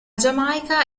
giamaica